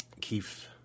Keith